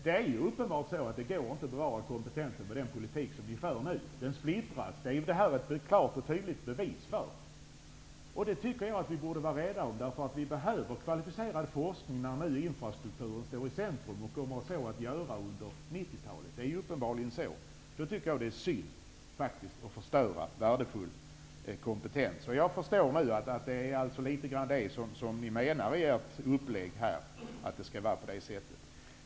Det går ju uppenbart inte att bevara kompetensen med den politik som nu förs. Den splittras. Det är ju detta ett klart och tydligt bevis för. Vi borde vara rädda om kompetensen. Vi behöver ju kvalificerad forskning nu när infrastrukturen står i centrum och så kommer att göra under 90-talet. Det är uppenbarligen så. Då är det faktiskt synd att värdefull kompetens förstörs. Jag förstår nu att ni med er uppläggning litet grand menar att det skall vara på det här sättet.